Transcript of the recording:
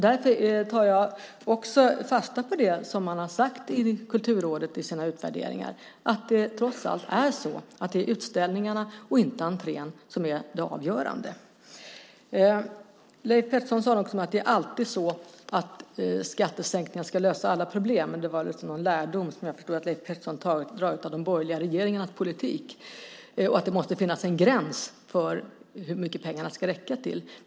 Därför tar jag fasta på det som Kulturrådet har sagt i sina utvärderingar, att det trots allt är utställningarna och inte entrén som är det avgörande. Leif Pettersson sade att det alltid är så att skattesänkningar ska lösa alla problem - jag förstår att det är en lärdom som Leif Pettersson drar av de borgerliga regeringarnas politik. Han säger att det måste finnas en gräns för hur mycket pengarna ska räcka till.